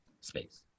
space